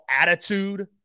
attitude